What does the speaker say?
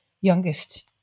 youngest